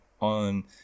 On